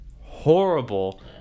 horrible